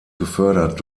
gefördert